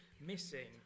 missing